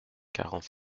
quarante